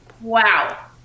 wow